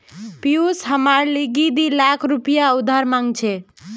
पियूष हमार लीगी दी लाख रुपया उधार मांग छ